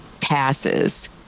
passes